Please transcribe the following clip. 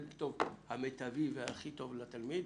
אלא לכתוב: מיטבי והכי טוב לתלמיד.